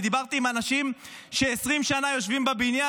אני דיברתי עם אנשים ש-20 שנה יושבים בבניין,